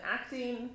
acting